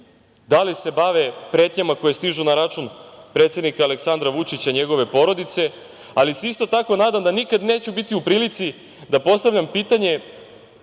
da li se bave pretnjama koje stižu na račun predsednika Aleksandra Vučića i njegove porodice, ali se isto tako nadam da nikada neću biti u prilici da postavljam pitanje